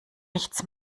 nichts